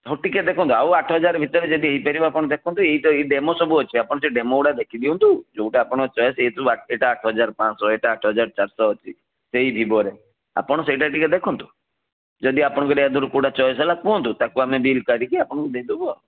ହଉ ଟିକିଏ ଦେଖନ୍ତୁ ଆଉ ଆଠ ହଜାର ଭିତରେ ଯଦି ହେଇପାରିବ ଆପଣ ଦେଖନ୍ତୁ ଏଇ ଡେମୋ ସବୁ ଅଛି ଆପଣ ସେ ଡେମୋ ଗୁଡ଼ା ଦେଖିଦିଅନ୍ତୁ ଯୋଉଟା ଆପଣଙ୍କର ଚଏସ୍ ଏଇଟା ଆଠହଜାର ପାଞ୍ଚଶହ ଏଇଟା ଆଠହଜାର ଚାରିଶହ ଅଛି ସେଇ ଭିବୋରେ ଆପଣ ସେଇଟା ଟିକିଏ ଦେଖନ୍ତୁ ଯଦି ଆପଣଙ୍କୁ ୟା ଦେହରୁ କୋଉଟା ଚଏସ୍ ହେଲା କୁହନ୍ତୁ ତା'କୁ ଆମେ ବିଲ୍ କାଢ଼ିକି ଆପଣଙ୍କୁ ଦେଇଦେବୁ ଆଉ